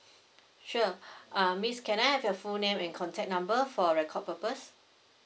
sure uh miss can I have your full name and contact number for record purpose